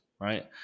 right